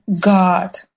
god